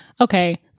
okay